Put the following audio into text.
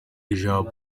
ijambo